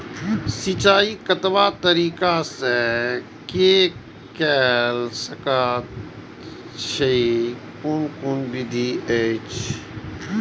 सिंचाई कतवा तरीका स के कैल सकैत छी कून कून विधि अछि?